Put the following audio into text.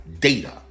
data